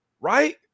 Right